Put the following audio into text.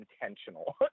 intentional